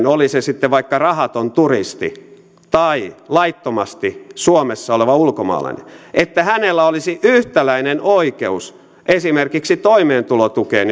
oli se sitten vaikka rahaton turisti tai laittomasti suomessa oleva ulkomaalainen olisi yhtäläinen oikeus esimerkiksi toimeentulotukeen